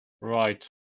Right